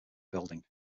building